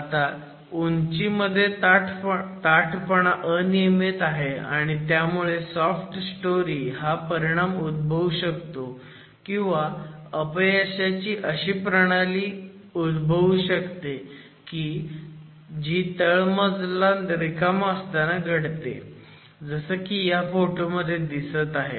आता उंचीमध्ये ताठपणा अनियमित आहे आणि त्यामुळे सॉफ्ट स्टोरी हा परिणाम उदभवू शकतो किंवा अपयशाची अशी प्रणाली उदभवू शकते जी तळमजला रिकामा असताना घडते जसं की ह्या फोटोमध्ये दिसत आहे